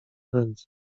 ręce